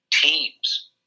teams